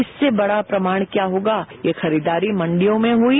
इससे बड़ा प्रमाण क्या होगा ये खरीददारी मंडियों में हुई